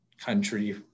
country